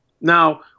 Now